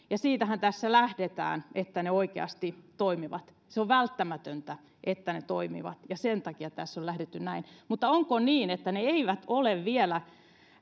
ja siitähän tässä lähdetään että ne oikeasti toimivat se on välttämätöntä että ne toimivat ja sen takia tässä on lähdetty näin mutta onko niin että ne työkalut eivät ole vielä